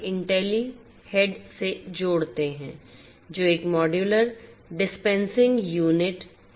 इंटेलीकप है